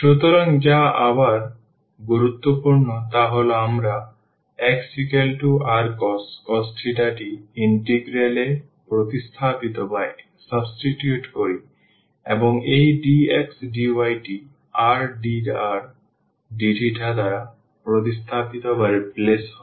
সুতরাং যা আবার গুরুত্বপূর্ণ তা হল আমরা xrcos টি ইন্টিগ্রাল এ প্রতিস্থাপন করি এবং এই dx dy টি rdrdθ দ্বারা প্রতিস্থাপিত হবে